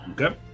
Okay